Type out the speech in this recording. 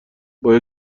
باید